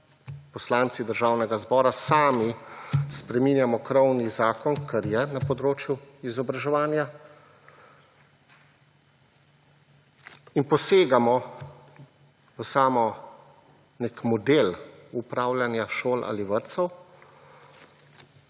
poslanci Državnega zbora, sami spreminjamo krovni zakon, kar je na področju izobraževanja in posegamo v samo, nek model upravljanja šol ali vrtcev.